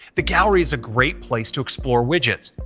the gallery is a great place to explore widgets.